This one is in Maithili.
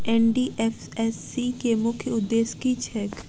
एन.डी.एफ.एस.सी केँ मुख्य उद्देश्य की छैक?